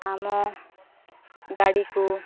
ଆମ ଗାଡ଼ିକୁ